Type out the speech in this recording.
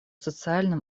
социальным